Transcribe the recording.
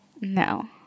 No